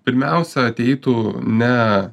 pirmiausia ateitų ne